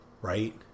Right